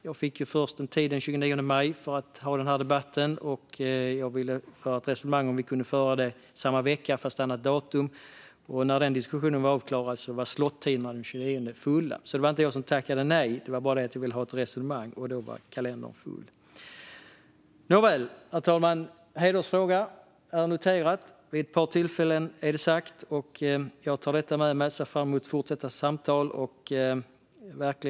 Jag fick först en tid den 29 maj för den här debatten. Jag ville föra ett resonemang om vi kunde hålla den samma vecka men på ett annat datum. När den diskussionen var avklarad var slottiderna fulla den 29 maj. Det var alltså inte jag som tackade nej. Jag ville bara resonera, och efter det var kalendern full. Herr talman! Det är noterat att det är en hedersfråga. Det har sagts vid ett par tillfällen. Jag tar detta med mig och ser fram emot fortsatta samtal.